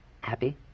happy